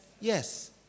Yes